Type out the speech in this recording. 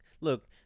Look